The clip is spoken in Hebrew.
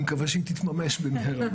ואני מקווה שהיא תתממש במהרה.